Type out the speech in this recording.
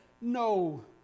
no